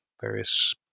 various